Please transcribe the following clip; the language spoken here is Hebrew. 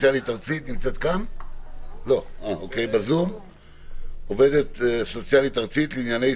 אני אדבר ממש בקצרה מכיוון שהסנגוריה הציבורית לא מעורבת בהליכים